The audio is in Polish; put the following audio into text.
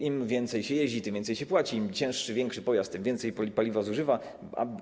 Im więcej się jeździ, tym więcej się płaci, im cięższy, większy pojazd, tym więcej paliwa zużywa.